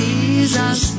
Jesus